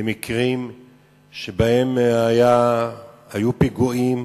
למקרים שבהם היו פיגועים,